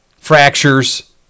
Fractures